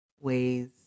ways